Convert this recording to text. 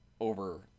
over